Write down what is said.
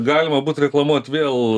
galima būt reklamuot vėl